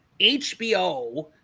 HBO